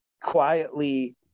quietly